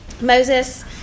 Moses